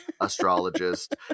astrologist